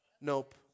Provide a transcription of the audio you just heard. Nope